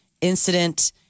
incident